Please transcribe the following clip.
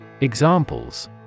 Examples